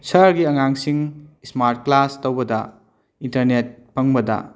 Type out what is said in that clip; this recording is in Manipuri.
ꯁꯍꯔꯒꯤ ꯑꯉꯥꯡꯁꯤꯡ ꯁ꯭ꯃꯥꯔꯠ ꯀ꯭ꯂꯥꯁ ꯇꯧꯕꯗ ꯏꯟꯇꯔꯅꯦꯠ ꯐꯪꯕꯗ